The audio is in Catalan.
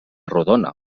rodona